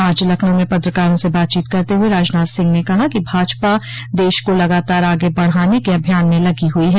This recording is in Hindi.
आज लखनऊ में पत्रकारों से बातचोत करते हुए राजनाथ सिंह ने कहा कि भाजपा देश को लगातार आगे बढ़ाने के अभियान में लगी हुई है